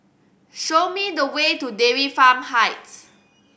show me the way to Dairy Farm Heights